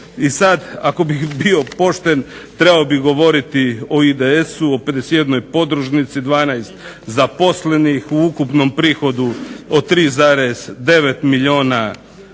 I sad ako bih bio pošten trebao bih govoriti o IDS-u, o 51 podružnici, 12 zaposlenih, u ukupnom prihodu od 3,9 milijuna kuna,